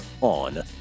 on